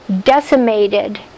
decimated